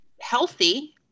healthy